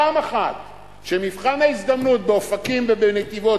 פעם אחת שמבחן ההזדמנות באופקים ובנתיבות